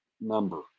number